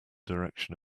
direction